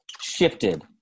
shifted